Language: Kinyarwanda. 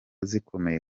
zikomeye